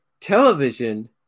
television